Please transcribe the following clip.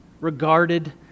regarded